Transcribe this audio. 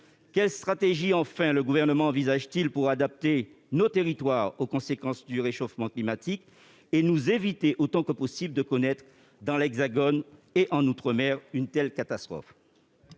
quelle stratégie le Gouvernement envisage-t-il afin d'adapter nos territoires aux conséquences du réchauffement climatique et de nous éviter, autant que possible, de connaître dans l'Hexagone comme outre-mer une telle catastrophe ?